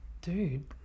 dude